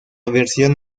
versión